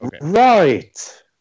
Right